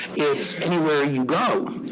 it's anywhere you go.